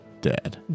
dead